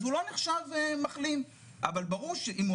אז הוא לא נחשב מחלים אבל ברור שאם הוא